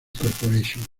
corporation